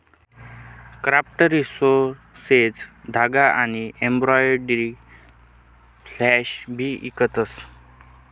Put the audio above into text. craft resources धागा आनी embroidery floss भी इकतस